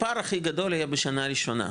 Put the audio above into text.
הפער הכי גדול יהיה בשנה הראשונה,